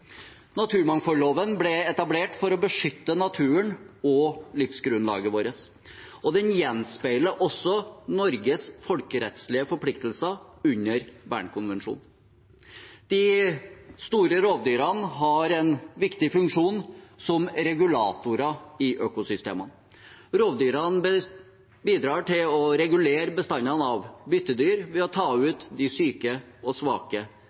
Naturmangfoldloven ble etablert for å beskytte naturen og livsgrunnlaget vårt, og den gjenspeiler også Norges folkerettslige forpliktelser under Bernkonvensjonen. De store rovdyrene har en viktig funksjon som regulatorer i økosystemene. Rovdyrene bidrar til å regulere bestandene av byttedyr ved å ta ut de syke og svake